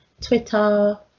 twitter